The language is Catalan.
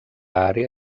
àrea